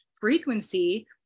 frequency